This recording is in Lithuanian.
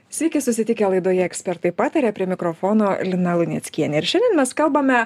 sveiki susitikę laidoje ekspertai pataria prie mikrofono lina luneckienė ir šiandien mes kalbame